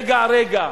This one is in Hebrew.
רגע-רגע,